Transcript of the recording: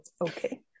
okay